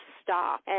stop